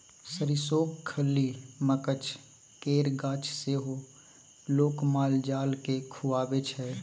सरिसोक खल्ली, मकझ केर गाछ सेहो लोक माल जाल केँ खुआबै छै